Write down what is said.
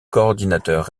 coordinateur